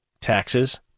taxes